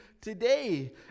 today